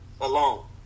alone